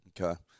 Okay